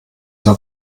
zur